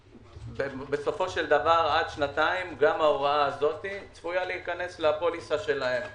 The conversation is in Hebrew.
עד שנתיים גם ההוראה הזאת צפויה להיכנס לפוליסה שלהם.